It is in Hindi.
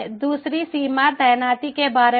दूसरी सीमा तैनाती के बारे में है